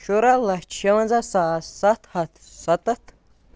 شُراہ لَچھ شُوَنزاہ ساس سَتھ ہَتھ سَتَتھ